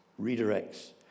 redirects